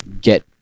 get